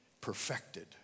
perfected